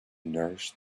nourish